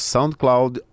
SoundCloud